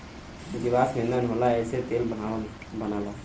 जीवाश्म ईधन होला एसे तेल बनला